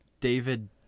David